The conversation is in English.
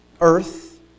earth